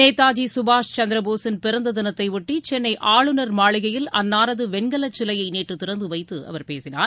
நேதாஜி சுபாஷ் சந்திர போஸின் பிறந்த தினத்தையொட்டி சென்னை ஆளுநர் மாளிகையில் அன்னாரது வெண்கல சிலையை நேற்று திறந்து வைத்து அவர் பேசினார்